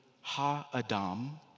Ha-Adam